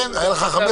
כן, היו לך 15 שניות.